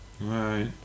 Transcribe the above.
Right